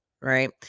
right